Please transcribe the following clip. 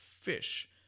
fish